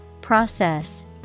process